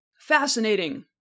Fascinating